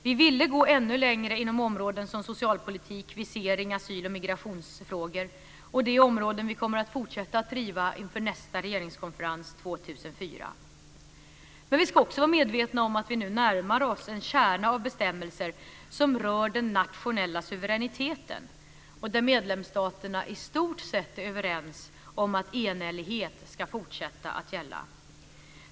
Vi ville gå ännu längre inom områden som socialpolitik, visering, asyl och migrationsfrågor. Det är områden vi kommer att fortsätta att driva inför nästa regeringskonferens 2004. Vi ska också vara medvetna om att vi nu närmar oss en kärna av bestämmelser som rör den nationella suveräniteten och där medlemsstaterna i stort sett är överens om att enhällighet ska fortsätta att gälla.